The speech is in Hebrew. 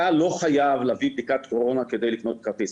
אתה לא חייב להביא בדיקת קורונה כדי לקנות כרטיס,